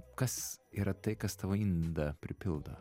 kas yra tai kas tavo indą pripildo